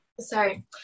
Sorry